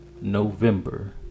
November